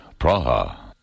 Praha